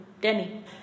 Danny